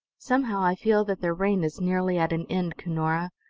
somehow i feel that their reign is nearly at an end, cunora.